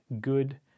good